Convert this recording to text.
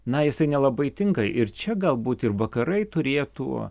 na jisai nelabai tinka ir čia galbūt ir vakarai turėtų